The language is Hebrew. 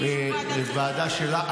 שהקימו ועדת חקירה?